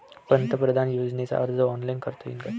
पंतप्रधान योजनेचा अर्ज ऑनलाईन करता येईन का?